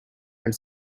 and